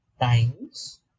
times